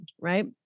right